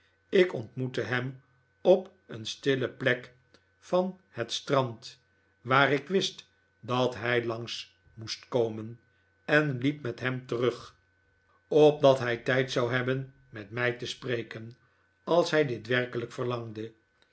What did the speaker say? ik ontmoette hem op een stille plek van het strand waar ik wist dat hij langs moest komen en liep met hem terug opdat hij tijd zou hebben met mij te spreken als hij dit werkelijk verlangde